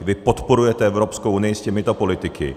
Vy podporujete Evropskou unii s těmito politiky.